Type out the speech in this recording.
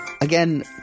Again